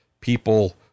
people